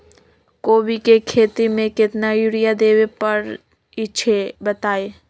कोबी के खेती मे केतना यूरिया देबे परईछी बताई?